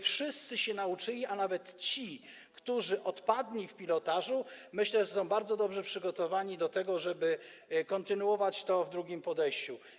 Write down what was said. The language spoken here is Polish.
Wszyscy się nauczyli, a nawet ci, którzy odpadli w pilotażu, myślę, że są bardzo dobrze przygotowani do tego, żeby kontynuować to w drugim podejściu.